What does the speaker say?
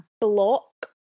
block